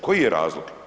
Koji je razlog?